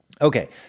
Okay